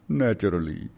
naturally।